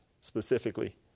specifically